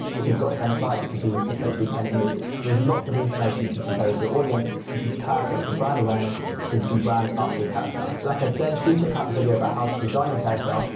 if you've got ten slides, it could be essentially ten images, so there's lots of information you can convey to your audience. this is perfect for brand awareness because you can brand up your carousel, like i said, do check out the video about how to design a carousel,